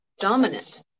dominant